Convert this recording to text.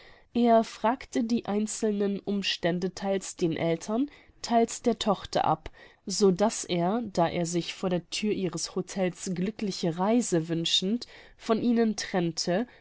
er fragte die einzelnen umstände theils den eltern theils der tochter ab so daß er da er sich vor der thür ihres htels glückliche reise wünschend von ihnen trennte